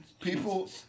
people